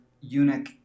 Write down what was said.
eunuch